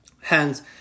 Hence